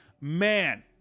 Man